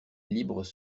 libres